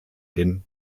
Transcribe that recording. den